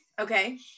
Okay